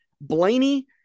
Blaney